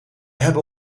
hebben